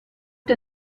der